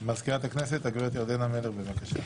מזכירת הכנסת הגב' ירדנה מלר, בבקשה.